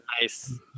Nice